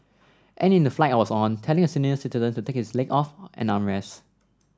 and in the flight I was on telling a senior citizen to take his leg off an armrest